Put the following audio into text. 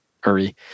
hurry